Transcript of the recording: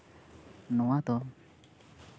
ᱱᱚᱣᱟ ᱫᱚ